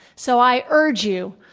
so, i urge you,